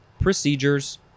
procedures